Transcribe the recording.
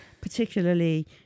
particularly